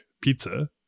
Pizza